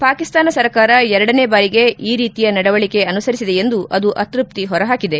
ಪಾಕಿಸ್ತಾನ ಸರ್ಕಾರ ಎರಡನೇ ಬಾರಿಗೆ ಈ ರೀತಿಯ ನಡವಳಿಕೆ ಅನುಸರಿಸಿದೆ ಎಂದು ಅದು ಅತ್ಯಪ್ತಿ ಹೊರಹಾಕಿದರು